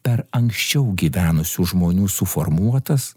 per anksčiau gyvenusių žmonių suformuotas